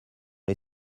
les